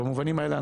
במובנים האלה,